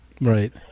right